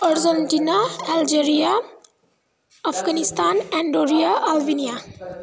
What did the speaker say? Argentina Algeria Afghanistan Andorra Albania